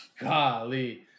golly